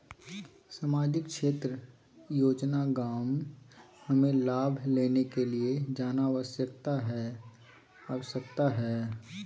सामाजिक क्षेत्र योजना गांव हमें लाभ लेने के लिए जाना आवश्यकता है आवश्यकता है?